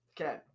Okay